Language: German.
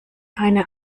eine